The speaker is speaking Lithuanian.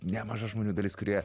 nemaža žmonių dalis kurie